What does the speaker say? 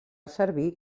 servir